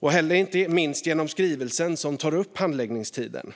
Det här gäller inte minst den skrivning som tar upp handläggningstiden: